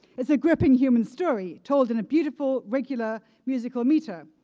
it's a gripping human story told in a beautiful, regular musical meter,